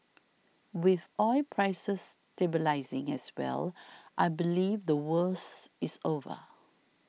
with oil prices stabilising as well I believe the worst is over